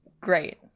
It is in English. great